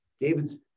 David's